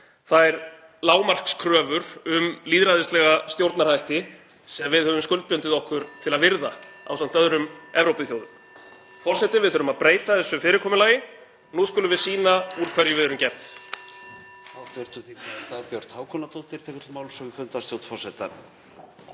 þær lágmarkskröfur um lýðræðislega stjórnarhætti sem við höfum skuldbundið okkur til að virða ásamt öðrum Evrópuþjóðum. Forseti. Við þurfum að breyta þessu fyrirkomulagi. Nú skulum við sýna úr hverju við erum gerð.